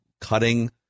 cutting